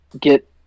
get